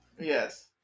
Yes